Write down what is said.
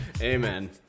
Amen